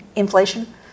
inflation